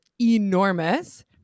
enormous